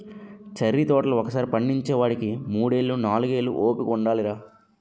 cherry తోటలు ఒకసారి పండించేవోడికి మూడేళ్ళు, నాలుగేళ్ళు ఓపిక ఉండాలిరా